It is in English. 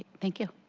thank you.